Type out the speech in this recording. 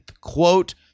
Quote